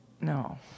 no